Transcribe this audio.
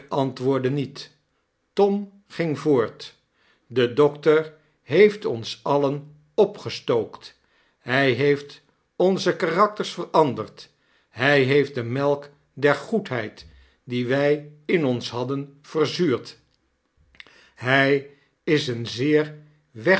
antwoordde niet tom ging voort de dokter heeft ons alien opgestookt hij heeft onze karakters veranderd hij heeft de melk der goedheid die wij in ons hadden verzuurd hij is een zeer